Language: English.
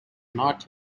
not